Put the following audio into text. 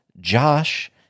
Josh